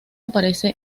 aparece